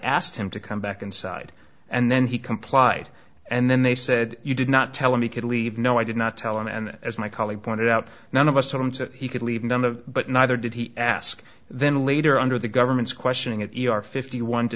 asked him to come back inside and then he complied and then they said you did not tell him he could leave no i did not tell him and as my colleague pointed out none of us to him said he could leave none of but neither did he ask then later under the government's questioning if you are fifty one to